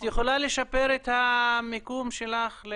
יכולה לשפר את המיקום שלך?